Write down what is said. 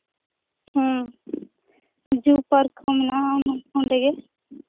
ᱦᱮᱸ ᱡᱩ ᱯᱟᱨᱠ ᱦᱚᱸ ᱢᱮᱱᱟᱜᱼᱟ ᱚᱸᱰᱮᱜᱮ